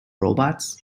robots